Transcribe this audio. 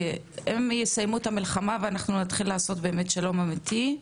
הם יסיימו את המלחמה ואנחנו נתחיל באמת לעשות שלום אמיתי.